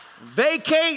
Vacate